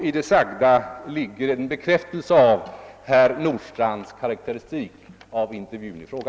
I det sagda ligger en bekräftelse av herr Nordstrandhs karakteristik av intervjun i fråga.